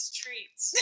treats